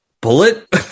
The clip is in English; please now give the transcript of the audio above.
bullet